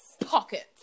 Pockets